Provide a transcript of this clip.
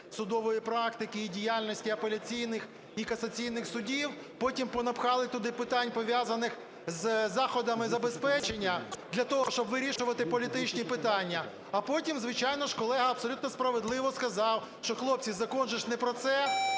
судової практики і діяльності апеляційних і касаційних судів, потім понапхали туди питань, пов'язаних з заходами забезпечення, для того щоб вирішувати політичні питання. А потім, звичайно ж, колега абсолютно справедливо сказав, що, хлопці, закон же ж не про це.